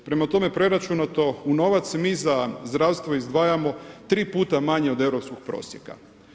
Prema tome preračunato u novac mi za zdravstveno izdvajamo 3x manje od europskog prosjeka.